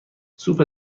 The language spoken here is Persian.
سوپ